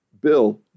Bill